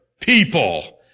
people